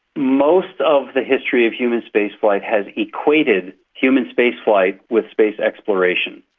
most of the history of human spaceflight has equated human spaceflight with space exploration,